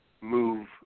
move